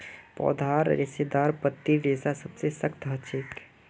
पौधार रेशेदारत पत्तीर रेशा सबसे सख्त ह छेक